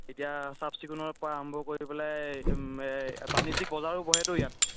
এতিয়া চাফ চিকুণনৰপৰা আৰম্ভ কৰি পেলাই বাণিজ্যিক বজাৰো বহেতো ইয়াত